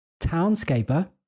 Townscaper